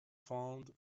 found